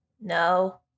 No